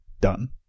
Done